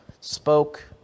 spoke